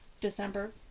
December